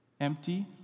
empty